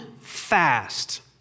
fast